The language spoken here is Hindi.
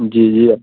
जी जी